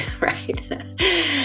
right